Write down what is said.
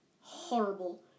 Horrible